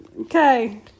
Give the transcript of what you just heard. Okay